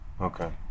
okay